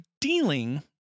dealing